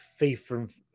FIFA